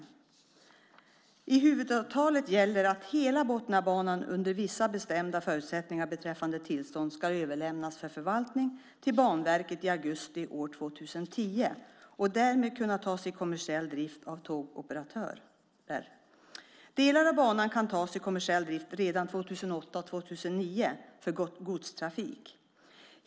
Enligt huvudavtalet gäller att hela Botniabanan under vissa bestämda förutsättningar beträffande tillstånd ska överlämnas för förvaltning till Banverket i augusti 2010 och därmed kunna tas i kommersiell drift av tågoperatörer. Delar av banan kan tas i kommersiell drift redan 2008 och 2009 för godstrafik.